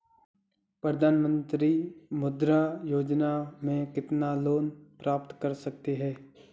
प्रधानमंत्री मुद्रा योजना में कितना लोंन प्राप्त कर सकते हैं?